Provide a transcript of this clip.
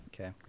Okay